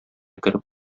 кереп